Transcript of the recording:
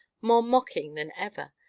more mocking than ever,